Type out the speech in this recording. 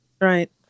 Right